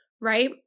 right